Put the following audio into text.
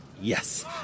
Yes